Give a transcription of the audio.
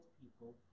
people